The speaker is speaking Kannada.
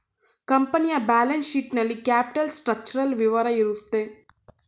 ಕಂಪನಿಯ ಬ್ಯಾಲೆನ್ಸ್ ಶೀಟ್ ನಲ್ಲಿ ಕ್ಯಾಪಿಟಲ್ ಸ್ಟ್ರಕ್ಚರಲ್ ವಿವರ ಇರುತ್ತೆ